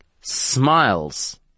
smiles